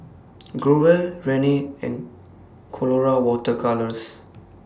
Growell Rene and Colora Water Colours